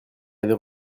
avait